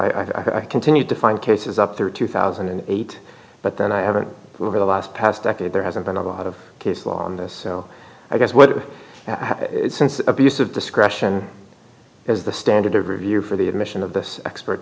and i continued to find cases up through two thousand and eight but then i haven't over the last past decade there hasn't been a lot of case law on this so i guess what since the abuse of discretion is the standard of review for the admission of this expert